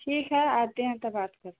ठीक है आते हैं तो बात करते